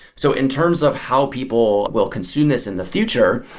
so in terms of how people will consume this in the future,